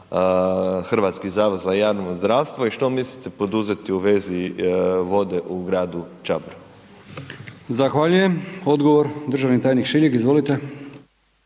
Hrvatski zavod za javno zdravstvo i što mislite poduzeti u vezi vode u gradu Čabru. **Brkić, Milijan (HDZ)** Zahvaljujem. Odgovor državni tajnik Šiljek. Izvolite.